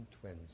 twins